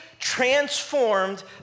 transformed